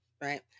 right